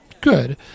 good